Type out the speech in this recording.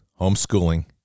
homeschooling